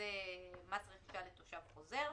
שזה מס רכישה לתושב חוזר,